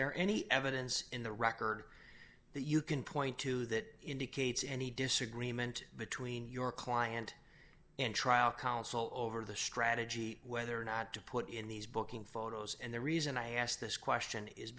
there any evidence in the record that you can point to that indicates any disagreement between your client and trial counsel over the strategy whether or not to put in these booking photos and the reason i asked this question is